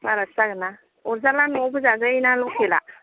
बारासो जागोन ना अरजाला न'आवबो जाजायोना लकेल आ